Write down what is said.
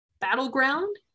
Battleground